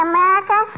America